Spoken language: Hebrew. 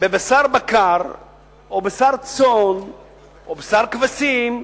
בבשר בקר או בשר צאן או בשר כבשים,